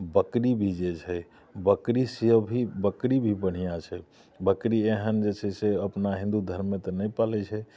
बकरी भी जे छै बकरी से भी बकरी भी बढ़िआँ छै बकरी एहन जे छै से अपना हिन्दू धर्ममे तऽ नहि पालै छै